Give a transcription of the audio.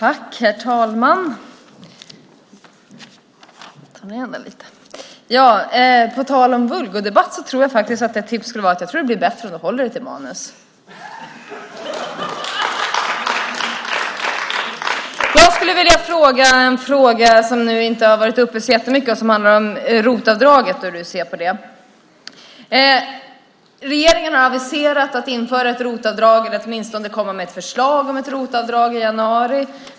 Herr talman! På tal om vulgodebatt tror jag faktiskt att det skulle bli bättre om du håller dig till manus, Carl B Hamilton. Jag skulle vilja ställa en fråga. Den handlar om något som inte har varit upp så jättemycket, nämligen ROT-avdraget. Jag skulle vilja veta hur du ser på det. Regeringen har aviserat att införa ett ROT-avdrag eller åtminstone komma med ett förslag om ett ROT-avdrag i januari.